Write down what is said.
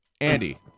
Andy